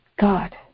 God